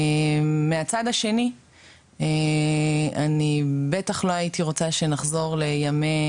מהצד השני אני בטח לא הייתי רוצה שנחזור לימי